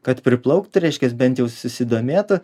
kad priplaukt reiškias bent jau susidomėtų